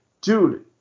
dude